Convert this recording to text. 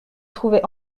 trouvait